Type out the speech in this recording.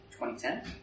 2010